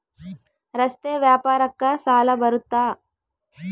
ರಸ್ತೆ ವ್ಯಾಪಾರಕ್ಕ ಸಾಲ ಬರುತ್ತಾ?